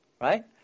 right